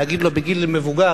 להגיד לו בגיל מבוגר,